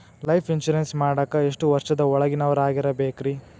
Life insurance ಮಾಡಾಕ ಎಷ್ಟು ವರ್ಷದ ಒಳಗಿನವರಾಗಿರಬೇಕ್ರಿ?